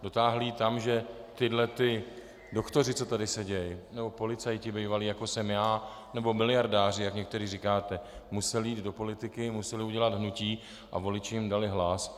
Dotáhli ji tam, že tito doktoři, co tady sedí, nebo policajti bývalí, jako jsem já, nebo miliardáři, jak někteří říkáte, museli jít do politiky, museli udělat hnutí a voliči jim dali hlas.